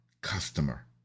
customer